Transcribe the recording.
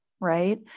Right